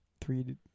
Three